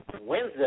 Wednesday